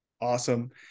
Awesome